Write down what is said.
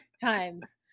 times